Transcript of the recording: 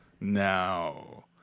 now